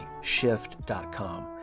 shift.com